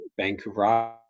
Vancouver